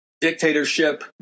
dictatorship